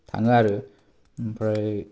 थाङो आरो ओमफ्राय